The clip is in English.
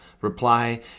reply